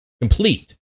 complete